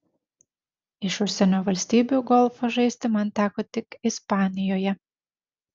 iš užsienio valstybių golfą žaisti man teko tik ispanijoje